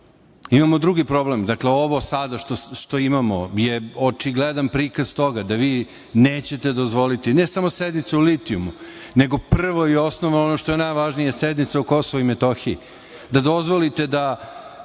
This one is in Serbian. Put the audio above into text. drugi problem. Ovo sada što imamo je očigledan prikaz toga da vi nećete dozvoliti, ne samo sednicu o litijumu, nego prvo i osnovno, ono što je najvažnije, sednicu o Kosovu i Metohiji, da dozvolite da